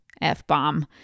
f-bomb